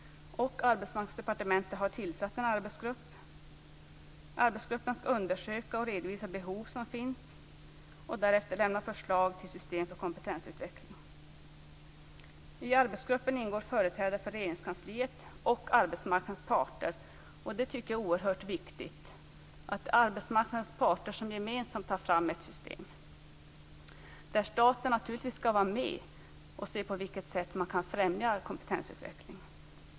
Arbetsmarknadsdepartementet har tillsatt en arbetsgrupp. Denna arbetsgrupp skall undersöka och redovisa vilka behov som finns och därefter lämna förslag till system för kompetensutveckling. I arbetsgruppen ingår företrädare för Regeringskansliet och arbetsmarknadens parter. Jag tycker att det är oerhört viktigt att arbetsmarknadens parter gemensamt tar fram ett system. Också staten skall naturligtvis vara med och se på vilket sätt man kan främja kompetensutveckling.